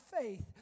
faith